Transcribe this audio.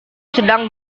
sedang